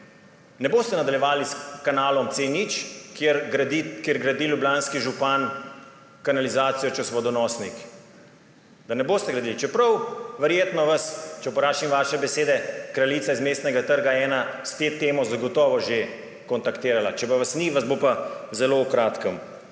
ne boste nadaljevali s kanalom C0, kjer gradi ljubljanski župan kanalizacijo čez vodonosnik, da ne boste gradili. Čeprav je verjetno vas, če uporabim vaše besede, kraljica iz Mestnega trga 1 s to temo zagotovo že kontaktirala. Če pa vas ni, vas bo v zelo kratkem.